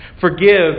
Forgive